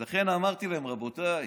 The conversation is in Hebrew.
אז לכן אמרתי להם: רבותיי,